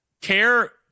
care